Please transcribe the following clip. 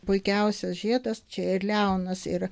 puikiausias žiedas čia ir leonas ir